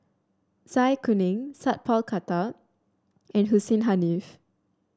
Zai Kuning Sat Pal Khattar and Hussein Haniff